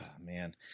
man